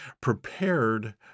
prepared